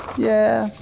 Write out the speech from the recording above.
yeah,